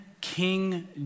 King